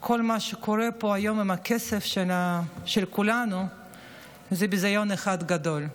כל מה שקורה פה היום עם הכסף של כולנו זה ביזיון אחד גדול.